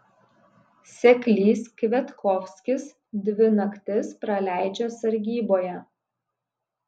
seklys kviatkovskis dvi naktis praleidžia sargyboje